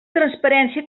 transparència